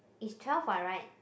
is twelve what right